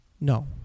No